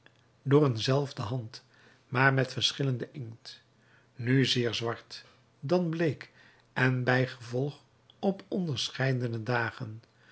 door één zelfde hand maar met verschillenden inkt nu zeer zwart dan bleek en bijgevolg op onderscheidene dagen